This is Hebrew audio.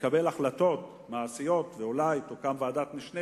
לקבל החלטות מעשיות ואולי תוקם ועדת משנה,